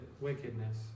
wickedness